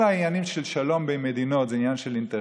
שכל העניינים של שלום בין מדיניות זה עניין של אינטרסים.